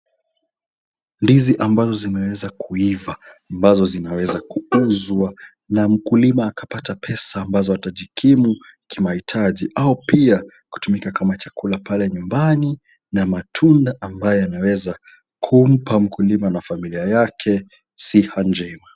Ndizi ambazo zimeweza kuiva, ambazo zinaweza kuuzwa na mkulima akapata pesa ambazo atajikimu, kimahitaji au pia kutumika kama chakula pale nyumbani, na matunda ambayo yanaweza kumpa mkulima na familia yake siha njema.